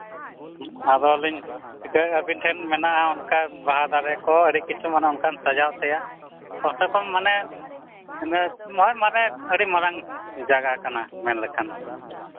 ᱟᱫᱚᱞᱤᱧ ᱪᱤᱠᱟᱹ ᱟᱹᱵᱤᱱ ᱴᱷᱮᱱ ᱢᱮᱱᱟᱜᱼᱟ ᱚᱱᱠᱟ ᱵᱟᱦᱟ ᱫᱟᱨᱮ ᱠᱚ ᱟᱹᱰᱤ ᱠᱤᱪᱷᱩ ᱢᱟᱱᱮ ᱚᱱᱠᱟᱱ ᱥᱟᱡᱟᱣ ᱛᱮᱭᱟᱜ ᱠᱚᱢ ᱥᱮ ᱠᱚᱢ ᱢᱟᱱᱮ ᱳᱭ ᱢᱟᱱᱮ ᱟᱹᱰᱤ ᱢᱟᱨᱟᱝ ᱡᱟᱭᱜᱟ ᱠᱟᱱᱟ ᱢᱮᱱ ᱞᱮᱠᱷᱟᱱ